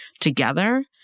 together